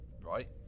right